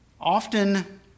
often